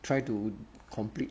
try to complete